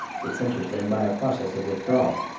it centers them by a process of withdrawal.